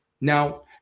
Now